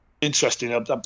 interesting